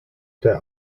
der